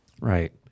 Right